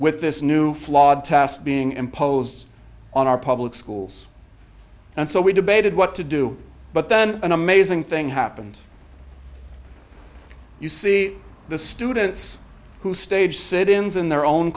with this new flawed test being imposed on our public schools and so we debated what to do but then an amazing thing happened you see the students who stage sit ins in their own